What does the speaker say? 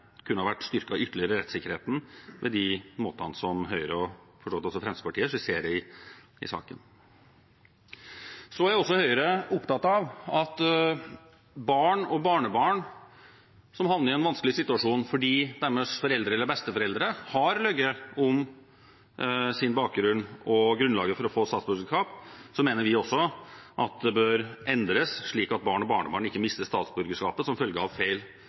vært ytterligere styrket ved de måtene som Høyre – for så vidt også Fremskrittspartiet – skisserer i saken. Når det gjelder barn og barnebarn som havner i en vanskelig situasjon fordi deres foreldre eller besteforeldre har løyet om sin bakgrunn og grunnlaget for å få statsborgerskap, mener vi i Høyre også at det bør endres, slik at barn og barnebarn ikke mister statsborgerskapet som følge av feil